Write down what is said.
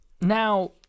Now